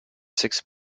sixth